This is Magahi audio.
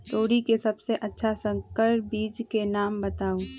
तोरी के सबसे अच्छा संकर बीज के नाम बताऊ?